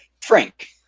Frank